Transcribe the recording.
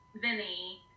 Vinny